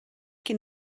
cyn